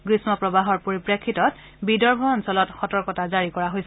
গ্ৰীম্ম প্ৰৱাহৰ পৰিপ্ৰেক্ষিতত বিদৰ্ভ অঞ্চলত সতৰ্কতা জাৰি কৰা হৈছে